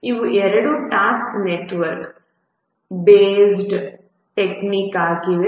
ಇವು ಎರಡು task network based ಟೆಕ್ನಿಕ್ಗಳಾಗಿವೆ